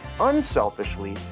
unselfishly